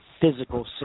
physical